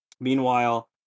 meanwhile